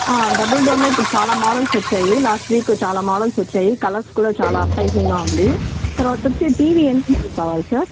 double డోర్లో ఇప్పుడు చాలా మోడల్స్ వచ్చాయి లాస్ట్ వీక్ చాలా మోడల్స్ వచ్చాయి కలర్స్ కూడా చాలా ఏపీటైసింగ్గా ఉంది తరువాత వచ్చి టీవీ ఎంత ఇంచిది కావాలి సార్